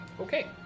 Okay